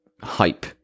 hype